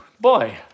boy